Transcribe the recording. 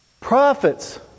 Prophets